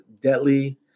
deadly